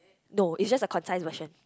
no it's just a concise version